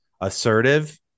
assertive